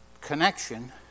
connection